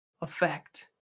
effect